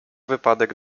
wypadek